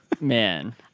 Man